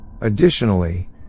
Additionally